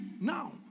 Now